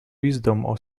wisdom